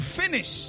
finish